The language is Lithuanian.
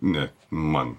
ne man